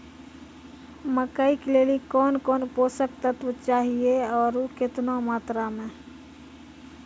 मकई के लिए कौन कौन पोसक तत्व चाहिए आरु केतना मात्रा मे?